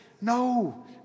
no